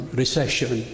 recession